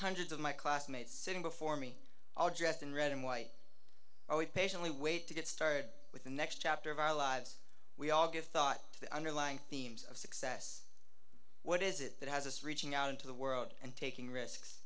hundreds of my classmates sitting before me all dressed in red and white are we patiently wait to get started with the next chapter of our lives we all give thought to the underlying themes of success what is it that has us reaching out into the world and taking risks